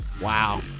Wow